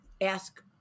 ask